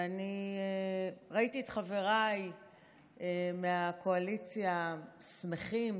ואני ראיתי את חבריי מהקואליציה שמחים,